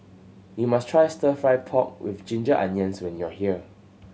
you must try Stir Fry pork with ginger onions when you are here